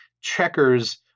checkers